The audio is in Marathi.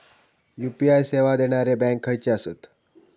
यू.पी.आय सेवा देणारे बँक खयचे आसत?